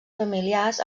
familiars